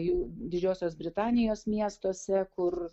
jų didžiosios britanijos miestuose kur